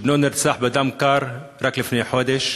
שבנו נרצח בדם קר רק לפני חודש,